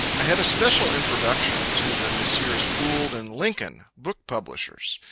i had a special introduction to the messrs. gould and lincoln, book publishers.